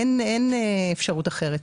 אין אפשרות אחרת.